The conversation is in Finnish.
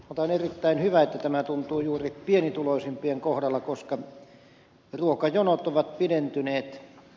on erittäin hyvä että tämä tuntuu juuri pienituloisimpien kohdalla koska ruokajonot ovat pidentyneet